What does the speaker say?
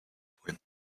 point